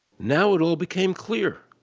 now it all became clear.